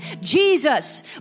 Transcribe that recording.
Jesus